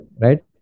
Right